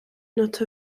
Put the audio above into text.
not